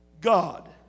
God